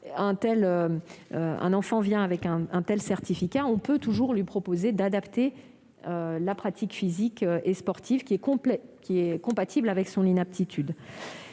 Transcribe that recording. un enfant vient avec un tel certificat, on peut toujours lui proposer d'adapter la pratique physique et sportive pour la rendre compatible avec son inaptitude.